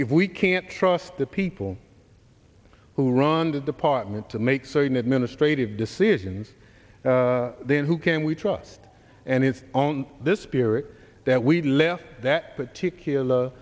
if we can't trust the people who run the department to make certain administrative decisions then who can we trust and it's on this spirit that we left that particular